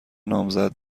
نامزد